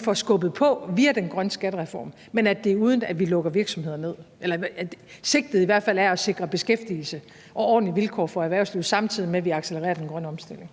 får skubbet på via den grønne skattereform, men at det er, uden at vi lukker virksomheder ned – at sigtet i hvert fald er at sikre beskæftigelse og ordentlige vilkår for erhvervslivet, samtidig med at vi accelererer den grønne omstilling.